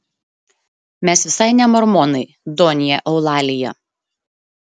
mes visai ne mormonai donja eulalija